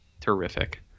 Terrific